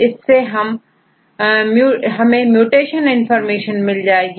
इससे हमें mutation information मिल जाएगी